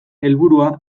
helburua